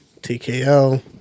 TKO